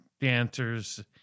dancers